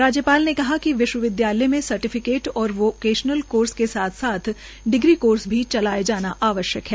राज्यपाल ने कहा कि विश्वविद्यालय में सर्टिफिकेट और वोकेशनल कोर्सों के साथ साथ डिग्री कोर्स भी चलाए जाने आवश्यक हैं